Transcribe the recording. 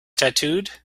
tattooed